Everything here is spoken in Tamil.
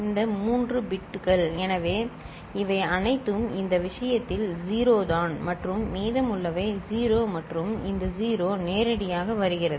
இந்த 3 பிட்கள் எனவே இவை அனைத்தும் இந்த விஷயத்தில் 0 தான் மற்றும் மீதமுள்ளவை 0 மற்றும் இந்த 0 நேரடியாக வருகிறது